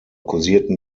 kursierten